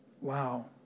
Wow